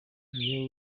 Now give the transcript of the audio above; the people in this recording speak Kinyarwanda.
iyo